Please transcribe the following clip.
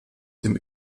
dem